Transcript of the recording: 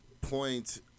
point